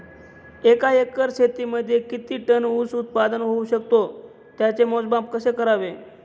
एका एकर शेतीमध्ये किती टन ऊस उत्पादन होऊ शकतो? त्याचे मोजमाप कसे करावे?